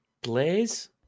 Blaze